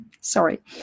sorry